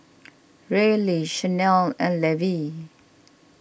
Reilly Shanelle and Levy